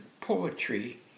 poetry